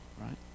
right